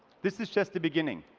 this is just the beginning.